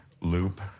loop